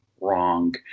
wrong